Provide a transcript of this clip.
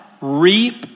reap